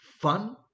fun